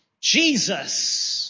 Jesus